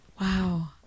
Wow